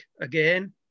again